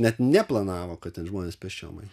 net neplanavo kad ten žmonės pėsčiom eis